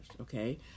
okay